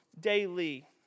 daily